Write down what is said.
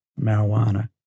marijuana